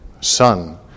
Son